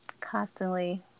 constantly